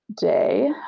day